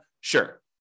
Sure